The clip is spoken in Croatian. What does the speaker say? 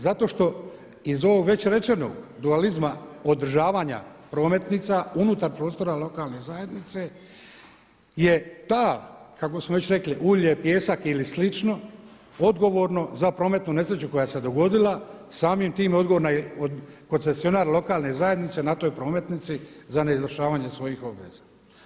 Zato što iz ovog već rečenog dualizma održavanja prometnica unutar prostora lokalne zajednice je ta, kako smo već rekli, ulje, pijesak ili slično odgovorno za prometnu nesreću koja se dogodila, samim time odgovorna je, koncesionar lokalne zajednice na toj prometnici za neizvršavanje svojih obveza.